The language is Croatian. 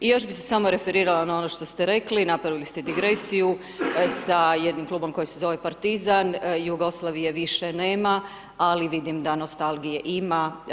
I još bih se samo referirala na ono što ste rekli napravili ste digresiju sa jednim klubom koji se zove Partizan, Jugoslavije više nema ali vidim da nostalgije ima.